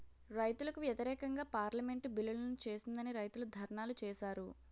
రైతులకు వ్యతిరేకంగా పార్లమెంటు బిల్లులను చేసిందని రైతులు ధర్నాలు చేశారు